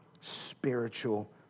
spiritual